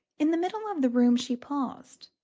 in the middle of the room she paused,